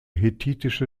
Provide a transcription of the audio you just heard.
hethitische